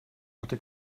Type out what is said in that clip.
hatte